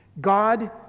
God